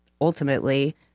ultimately